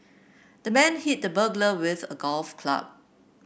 the man hit the burglar with a golf club